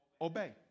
obey